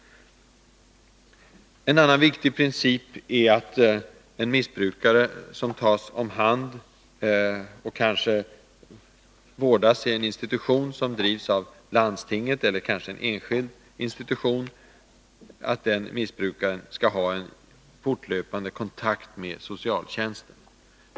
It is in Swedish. En annan viktig princip är att en missbrukare, som tas om hand och vårdas vid en institution som drivs av landsting eller vid en enskild institution, skall ha en fortlöpande kontakt med socialtjänsten.